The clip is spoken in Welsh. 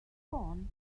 ffôn